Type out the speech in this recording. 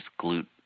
glute